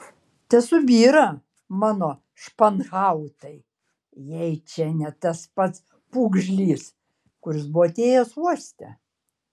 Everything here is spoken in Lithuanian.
tesubyra mano španhautai jei čia ne tas pats pūgžlys kuris buvo atėjęs uoste